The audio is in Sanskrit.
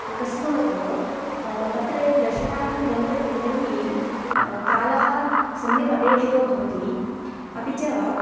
तस्मात् तत्र यदि दर्शनार्थं गन्तव्यं तर्हि कालः सम्यक् अपेक्षितो भवति अपि च